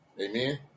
Amen